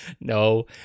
no